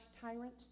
tyrant